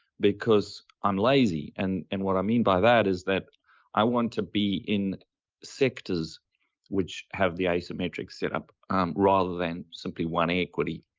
because i'm lazy. and and what i mean by that is that i want to be in sectors which have the asymmetric setup rather than simply one equity.